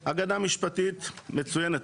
הגנה משפטית מצוינת.